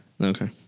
Okay